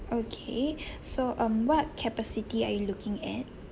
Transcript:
okay so um what capacity are you looking at